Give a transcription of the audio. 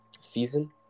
season